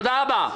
תודה רבה.